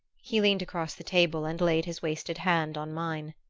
he leaned across the table and laid his wasted hand on mine.